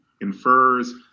infers